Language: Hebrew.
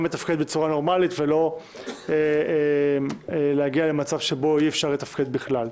לתפקד בצורה נורמלית ולא להגיע למצב שאי אפשר לתפקד בכלל.